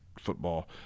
football